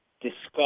discuss